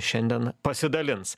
šiandien pasidalins